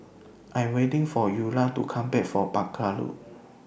I Am waiting For Eula to Come Back from Barker Road